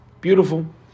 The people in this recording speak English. Beautiful